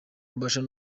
mbasha